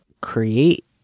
create